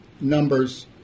numbers